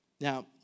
Now